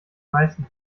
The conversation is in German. meisten